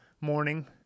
morning